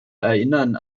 erinnern